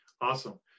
Awesome